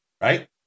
right